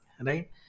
right